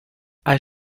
hai